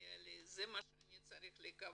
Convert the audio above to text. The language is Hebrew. שמגיע לי, זה מה שאני צריך לקבל".